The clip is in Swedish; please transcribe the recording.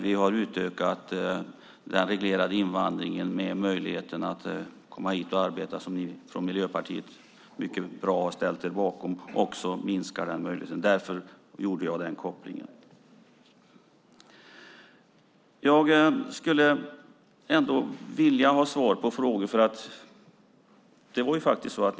Vi har utökat den reglerade invandringen genom möjligheten att kunna komma hit och arbeta, ett beslut som Miljöpartiet ställt sig bakom, vilket är positivt. Därmed minskar möjligheten att smuggla in människor. Det var därför jag gjorde den kopplingen. Jag skulle vilja ha svar på några frågor.